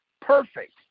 perfect